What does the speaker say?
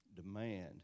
demand